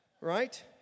right